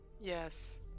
Yes